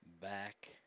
back